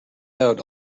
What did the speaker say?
out